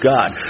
God